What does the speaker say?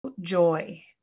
joy